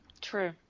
True